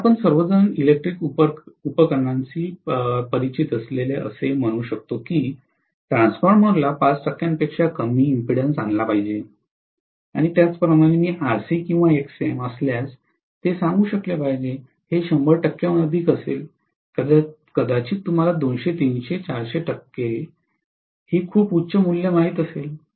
कारण आपण सर्वजण इलेक्ट्रिकल उपकरणांशी परिचित असलेले असे म्हणू शकतो की ट्रान्सफॉर्मरला 5 टक्क्यांपेक्षा कमी इम्पेडन्सला आणला पाहिजे आणि त्याचप्रमाणे मी RC किंवा Xm असल्यास ते सांगू शकले पाहिजे हे १०० टक्क्यांहून अधिक असेल कदाचित तुम्हाला 200 300 400 टक्के खूप उच्च मूल्ये माहित असेल